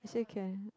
still can